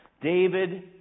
David